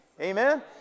Amen